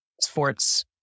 sports